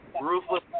Ruthless